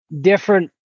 different